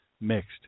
mixed